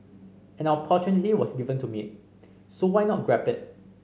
an opportunity was given to me so why not grab it